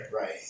Right